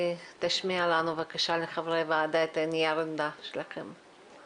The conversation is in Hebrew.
תשמיע בקשה לחברי הוועדה את נייר העמדה שלכם.